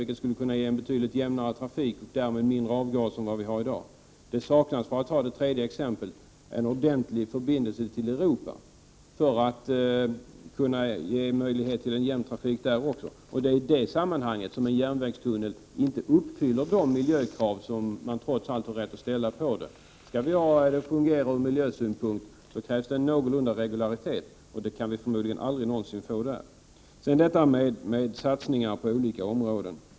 Sådana skulle kunna ge en betydligt jämnare trafik och därmed mindre avgaser än vad vi har i dag. Det saknas, för att anföra ytterligare ett exempel, en ordentlig förbindelse till Europa, som skulle kunna ge möjlighet till en jämn trafik även därvidlag. Det är i detta sammanhang som en järnvägstunnel inte uppfyller de miljökrav som man trots allt har rätt att ställa. Skall systemet fungera ur miljösynpunkt krävs någorlunda regularitet, och det kan vi förmodligen aldrig någonsin få genom att bygga en järnvägstunnel. Så några ord om detta med satsningar på olika områden.